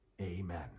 Amen